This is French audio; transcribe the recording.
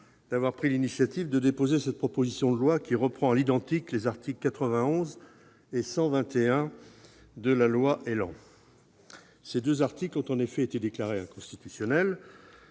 d'avoir pris l'initiative de déposer cette proposition de loi, qui reprend à l'identique les articles 91 et 121 de la loi ÉLAN. Ces deux articles ont en effet été déclarés inconstitutionnels.